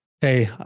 hey